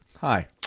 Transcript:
Hi